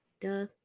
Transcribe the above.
Duh